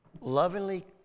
lovingly